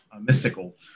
Mystical